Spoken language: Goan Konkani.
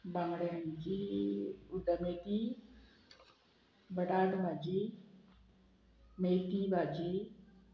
बांगड्यांची उड्डमेथी बटाट भाजी मेथी भाजी